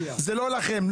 זה לא לכם,